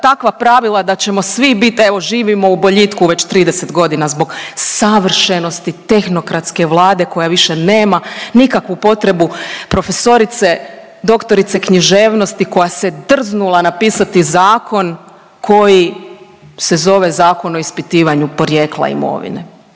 takva pravila da ćemo svi bit, evo živimo u boljitku već 30.g. zbog savršenosti tehnokratske Vlade koja više nema nikakvu potrebu profesorice, doktorice književnosti koja se drznula napisati zakon koji se zove Zakon o ispitivanju porijekla imovine.